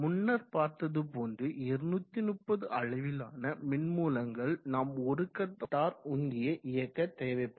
முன்னர் பார்த்தது போன்று 230 அளவிலான மின்மூலங்கள் நாம் ஒரு கட்ட மோட்டார் உந்தியை இயக்க தேவைப்படும்